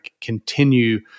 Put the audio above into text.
continue